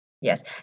Yes